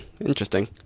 Interesting